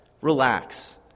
relax